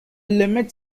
limit